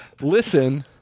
Listen